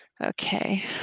okay